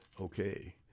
Okay